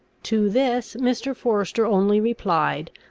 to this mr. forester only replied,